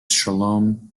shalom